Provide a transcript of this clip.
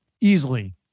easily